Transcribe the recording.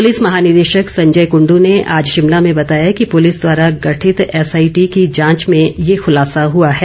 police महानिदेशक संजय कृंडू ने आज शिमला में बताया कि पुलिस द्वारा गठित एसआईटी की जांच में ये खुलासा हुआ है